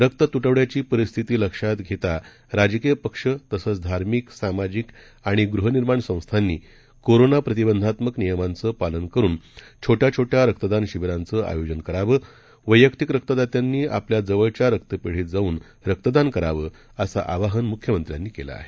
रक्त तुटवड्याची परिस्थिती लक्षात राजकीय पक्ष आणि तसंच धार्मिक सामाजिक आणि गृहनिर्माण संस्थांनी कोरोना प्रतिबंधात्मक नियमांचं पालन करून छोट्या छोट्या रक्तदान शिबीरांचं आयोजन करावं वैयक्तिक रक्तदात्यांनी आपल्या जवळच्या रक्तपेढीत जाऊन रक्तदान करावं असं आवाहन मुख्यमंत्र्यांनी केलं आहे